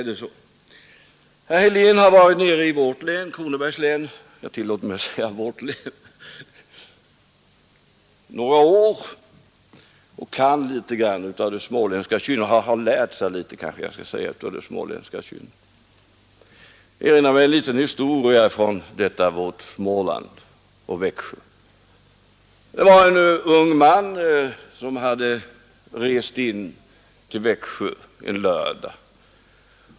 Herr Helén har varit nere i vårt län, Kronobergs län — jag tillåter mig säga vårt län — några år och har lärt sig litet av det småländska kynnet. Jag erinrar mig en liten historia från detta vårt Småland och Växjö. Det var en ung man som hade rest in till Växjö en lördag.